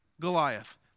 Goliath